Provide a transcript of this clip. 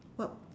what